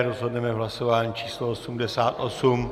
Rozhodneme v hlasování číslo 88.